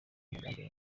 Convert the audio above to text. umugambi